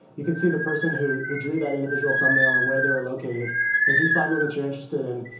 you can see the person who who drew that individual thumbnail and where they were located. and if you find one that you're interested in,